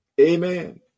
Amen